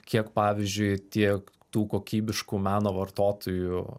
kiek pavyzdžiui tiek tų kokybiškų meno vartotojų